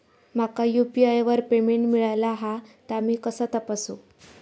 माका यू.पी.आय वर पेमेंट मिळाला हा ता मी कसा तपासू?